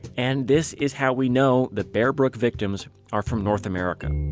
and this is how we know the bear brook victims are from north america